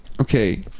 Okay